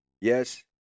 Yes